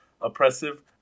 oppressive